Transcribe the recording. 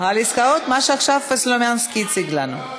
על עסקאות, מה שעכשיו סלומינסקי הציג לנו.